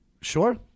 Sure